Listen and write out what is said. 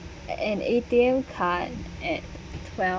an A_T_M card at twelve